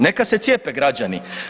Neka se cijepe građani.